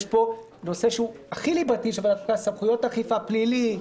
יש פה נושא שהוא הכי ליבתי של ועדת החוקה: סמכויות אכיפה פלילי,